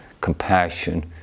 compassion